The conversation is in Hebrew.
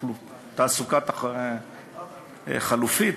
בתעסוקה חלופית,